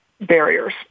barriers